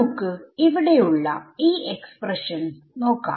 നമുക്ക് ഇവിടെയുള്ള ഈ എക്സ്പ്രഷൻനോക്കാം